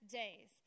days